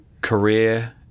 career